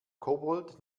kobold